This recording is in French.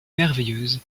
merveilleuse